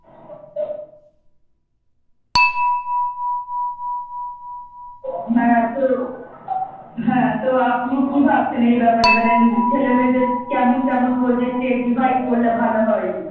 হ্যাঁ তো হ্যাঁ তো আপনি কী ভাবছেন এই ব্যাপারে মানে ছেলেমেয়েদের কেমন কেমন প্রজেক্টে ডিভাইড করলে ভালো হয়